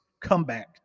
comeback